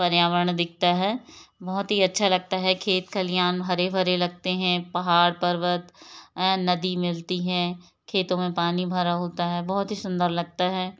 पर्यावरण दिखता है बहुत ही अच्छा लगता है खेत खलिहान हरे भरे लगते हैं पहाड़ पर्वत नदी मिलती हैं खेतों में पानी भरा होता है बहुत ही सुंदर लगता है